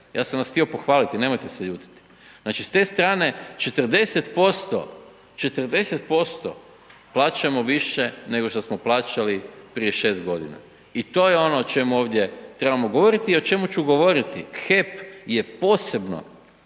ja sam vas htio pohvaliti, nemojte se ljutiti. Znači s te strane 40%, 40% plaćamo više nego što smo plaćali prije 6 g. i to je ono o čemu ovdje trebamo govoriti i o čemu ću govoriti, HEP je poseban